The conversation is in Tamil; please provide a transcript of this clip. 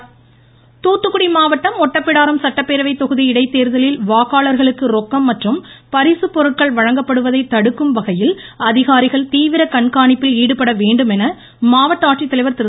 தாத்துக்குட தேர்தல் தூத்துக்குடி மாவட்டம் ஒட்டப்பிடாரம் சட்டப்பேரவை தொகுதி இடைத்தேர்தலில் வாக்காளர்களுக்கு ரொக்கம் மற்றும் பரிசுப் பொருட்கள் வழங்கப்படுவதை தடுக்கும்வகையில் அதிகாரிகள் தீவிர கண்காணிப்பில் ஈடுபடவேண்டுமென மாவட்ட ஆட்சித்தலைவர் திரு